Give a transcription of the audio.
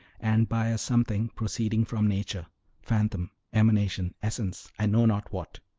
and by a something proceeding from nature phantom, emanation, essence, i know not what.